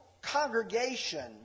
congregation